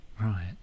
Right